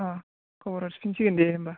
अह खबर हरफिनसिगोन दे होमबा